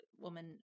woman